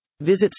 Visit